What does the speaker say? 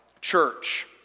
church